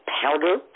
powder